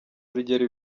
urugero